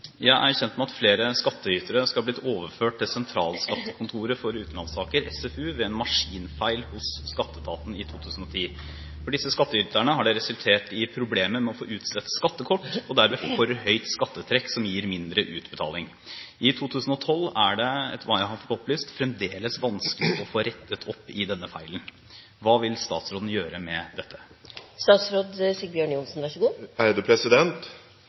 Sentralskattekontoret for utenlandssaker, SFU, ved en maskinfeil hos skatteetaten i 2010. For disse skattyterne har det resultert i problemer med å få utstedt skattekort og derved for høyt skattetrekk som gir mindre utbetaling. I 2012 er det fremdeles vanskelig å få rettet opp i denne feilen. Hva vil statsråden gjøre med